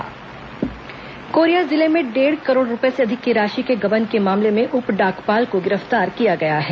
डाकघर गबन कोरिया जिले में डेढ़ करोड़ रूपये से अधिक की राशि के गबन के मामले में उप डाकपाल को गिरफ्तार किया गया है